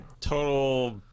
total